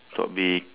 talk big